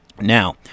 now